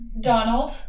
Donald